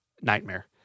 nightmare